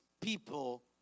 people